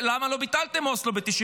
אז למה לא ביטלתם את אוסלו ב-1998,